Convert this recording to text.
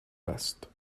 vest